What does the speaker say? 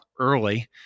early